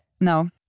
No